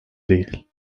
değil